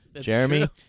Jeremy